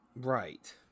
Right